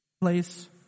place